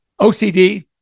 OCD